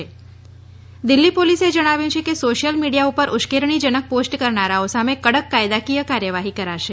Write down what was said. ત દીલ્ફી પોલીસે જણાવ્યું છે કે સોશિયલ મીડીયા ઉપર ઉશકેરણી જનક પોસ્ટ કરનારાઓ સામે કડક કાયદાકીય કાર્યવાહી કરાશે